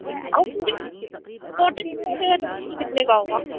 اور سبھی ٹوٹل ملا کے بتا دیجیے کتنے کا ہوگا